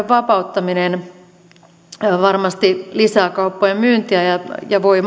vapauttaminen varmasti lisää kauppojen myyntiä ja ja voi